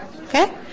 okay